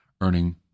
earning